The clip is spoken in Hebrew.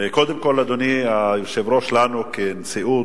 קודם כול, אדוני היושב-ראש, לנו כנשיאות,